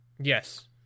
Yes